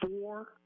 four